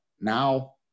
now